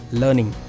learning